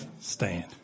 Stand